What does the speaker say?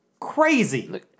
crazy